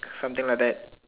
something like that